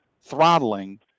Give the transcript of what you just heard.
throttling